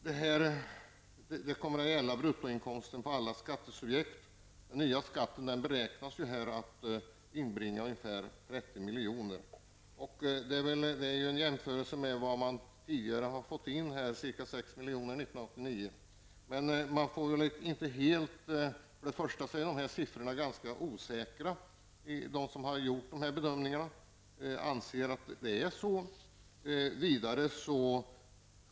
Det kommer att gälla bruttoinkomster och alla skattesubjekt. Den nya skatten beräknas inbringa ungefär 30 miljoner. Det kan jämföras med vad man tidigare fått in -- ca 6 miljoner år 1989. Beloppen är ganska osäkra. De som har gjort dessa bedömningar anser emellertid att det är på detta sätt.